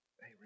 Hey